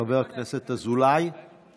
חבר הכנסת אזולאי,